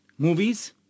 Movies